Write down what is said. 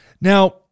Now